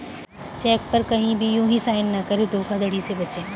check पर कहीं भी यू हीं साइन न करें धोखाधड़ी से बचे